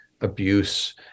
abuse